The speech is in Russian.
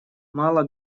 мало